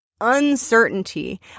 uncertainty